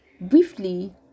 briefly